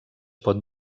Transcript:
pot